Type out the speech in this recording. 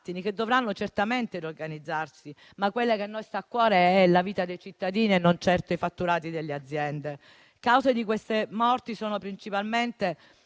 che dovranno certamente riorganizzarsi, ma a noi sta a cuore la vita dei cittadini e non certo i fatturati delle aziende. Cause di queste morti sono principalmente